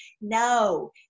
No